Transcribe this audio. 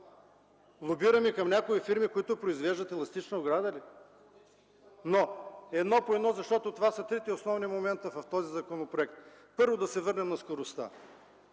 Лобираме към някои фирми, които произвеждат еластична ограда ли? Но, едно по едно, защото това са трите основни момента в този законопроект. Да се върнем на скоростта.